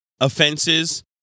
offenses